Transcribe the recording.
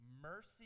mercy